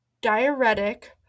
diuretic